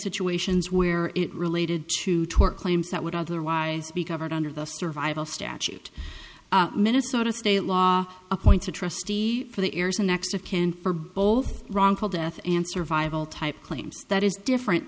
situations where it related to tort claims that would otherwise be covered under the survival statute minnesota state law appoints a trustee for the heirs and next of kin for both wrongful death and survival type claims that is different